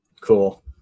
Cool